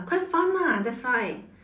quite fun lah that's why